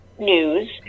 News